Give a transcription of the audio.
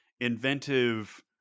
inventive